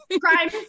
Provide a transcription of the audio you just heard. crime